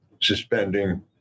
suspending